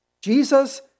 Jesus